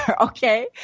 okay